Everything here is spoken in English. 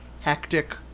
hectic